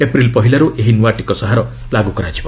April ପହିଲାରୁ ଏହି ନୂଆ ଟିକସ ହାର ଲାଗୁ ହେବ